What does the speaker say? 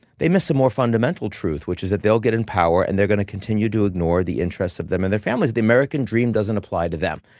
they miss a more fundamental truth, which is that they'll get in power and they're going to continue to ignore the interests of them and their families. the american dream doesn't apply to them.